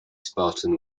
spartan